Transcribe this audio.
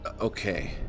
Okay